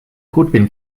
goodwin